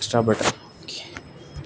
extra butter کے